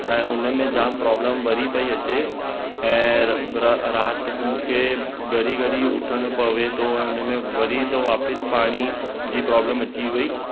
ऐं उन में जाम प्रॉब्लम वरी पई अचे ऐं राति मूंखे घड़ी घड़ी उथणु पवे थो ऐं उन में वरी थो वापसि पाणी जी प्रॉब्लम अची वई